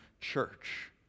church